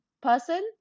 person